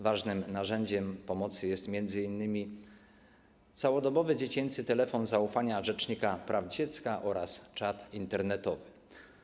Ważnym narzędziem pomocy jest m.in. całodobowy dziecięcy telefon zaufania rzecznika praw dziecka oraz czat internetowy.